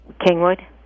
Kingwood